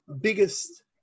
biggest